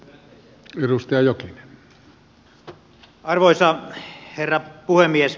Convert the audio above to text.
arvoisa herra puhemies